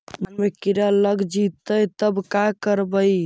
धान मे किड़ा लग जितै तब का करबइ?